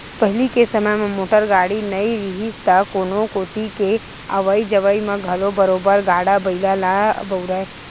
पहिली के समे म मोटर गाड़ी नइ रिहिस तब कोनो कोती के अवई जवई म घलो बरोबर गाड़ा बइला ल बउरय